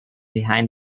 behind